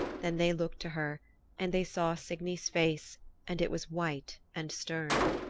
then they looked to her and they saw signy's face and it was white and stern.